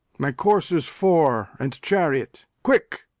my coursers four and chariot, quick!